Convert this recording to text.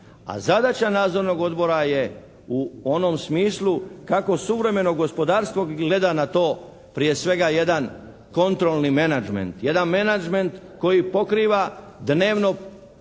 zadaća nadzornog odbora je u onom smislu kako suvremeno gospodarstvo gleda na to, prije svega jedan kontroli menanđment, jedan menanđment koji pokriva dnevno poslovne